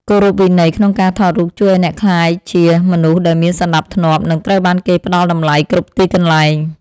គោរពវិន័យក្នុងការថតរូបជួយឱ្យអ្នកក្លាយជាមនុស្សដែលមានសណ្តាប់ធ្នាប់ និង ត្រូវបានគេផ្តល់តម្លៃគ្រប់ទីកន្លែង។